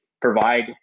provide